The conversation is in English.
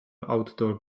outdoor